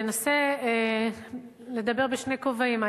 אני אנסה לדבר בשני כובעים,